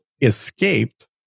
escaped